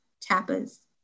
tapas